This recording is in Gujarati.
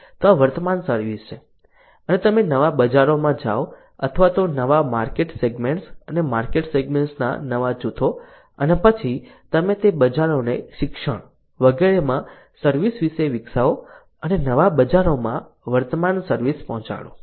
તો આ વર્તમાન સર્વિસ છે અને તમે નવા બજારોમાં જાઓ અથવા તો નવા માર્કેટ સેગમેન્ટ્સ અને માર્કેટ સેગમેન્ટના નવા જૂથો અને પછી તમે તે બજારોને શિક્ષણ વગેરેમાં સર્વિસ વિશે વિકસાવો અને નવા બજારોમાં વર્તમાન સર્વિસ પહોંચાડો